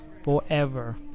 forever